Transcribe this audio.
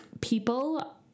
people